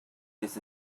this